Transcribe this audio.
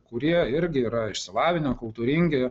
kurie irgi yra išsilavinę kultūringi